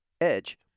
edge